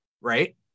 right